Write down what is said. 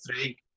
three